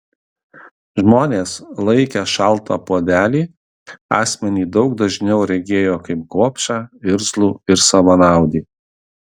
žmonės laikę šaltą puodelį asmenį daug dažniau regėjo kaip gobšą irzlų ir savanaudį